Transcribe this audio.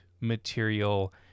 material